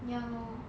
ya lor